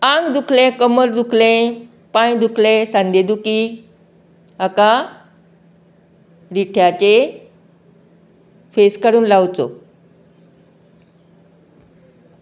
आंग दुखलें कमर दुखलें पांय दुखलें सांदे दुखी हाका रिठ्याचें फेस काडून लावचो